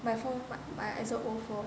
my phone my is a old phone